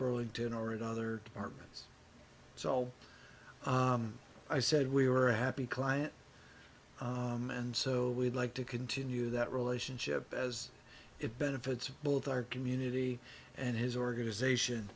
burlington or another department so i said we were happy client and so we'd like to continue that relationship as it benefits both our community and his organisation